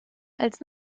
als